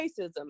racism